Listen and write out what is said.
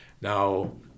Now